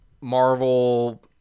Marvel